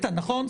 ענית, נכון?